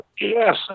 yes